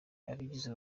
abagize